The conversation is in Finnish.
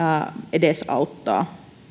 edesauttaa